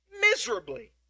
miserably